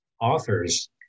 authors